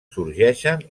sorgeixen